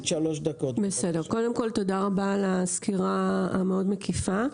קודם כול, תודה רבה על הסקירה המאוד מקיפה.